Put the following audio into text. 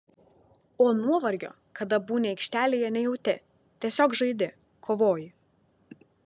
o nuovargio kada būni aikštelėje nejauti tiesiog žaidi kovoji